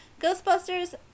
Ghostbusters